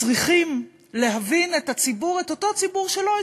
של מתקפה מצדו כשהוא אומר: